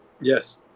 Yes